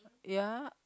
ya